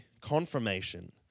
confirmation